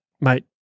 mate